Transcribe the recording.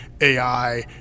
AI